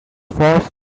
forced